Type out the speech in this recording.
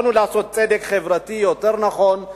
יכולנו לעשות צדק חברתי יותר נכון,